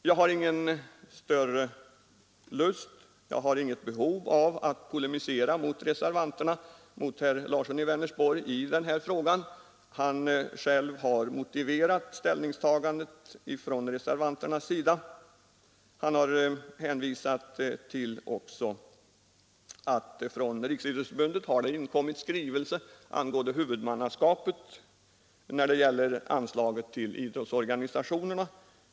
Jag har inget större behov av att polemisera mot herr Larsson i Vänersborg i den här frågan. Han har själv motiverat reservanternas ställningstagande och hänvisat till att det från Riksidrottsförbundet har inkommit en skrivelse angående huvudmannaskapet när det gäller anslaget till idrottsorganisationerna.